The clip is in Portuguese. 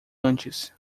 antes